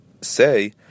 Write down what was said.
say